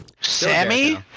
sammy